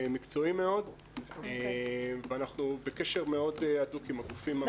מקצועי מאוד ואנחנו בקשר מאוד הדוק עם הגופים המבצעים.